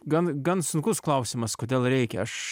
gan gan sunkus klausimas kodėl reikia aš